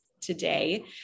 today